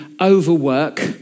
overwork